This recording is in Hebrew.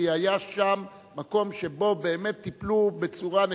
כי היה שם מקום שבו באמת טיפלו בצורה נקודתית.